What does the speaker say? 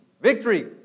Victory